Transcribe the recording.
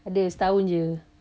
ada setahun jer